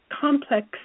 complex